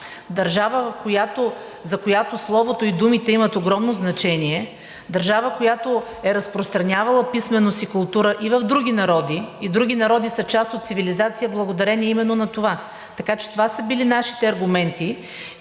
държава, за която словото и думите имат огромно значение, държава, която е разпространявала писменост и култура и в други народи и други народи са част от цивилизация благодарение именно на това. Така че това са били нашите аргументи.